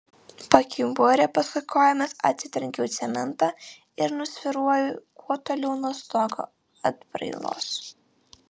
pakimbu ore paskui kojomis atsitrenkiu į cementą ir nusvyruoju kuo toliau nuo stogo atbrailos